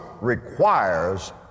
requires